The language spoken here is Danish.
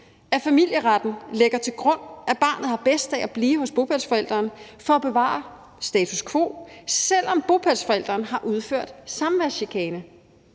at familieretten lægger til grund, at barnet har bedst af at blive hos bopælsforælderen for at bevare status quo, selv om bopælsforælderen har udført samværschikane.